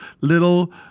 little